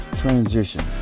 transition